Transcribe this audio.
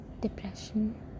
depression